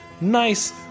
nice